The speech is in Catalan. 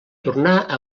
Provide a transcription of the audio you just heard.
tornar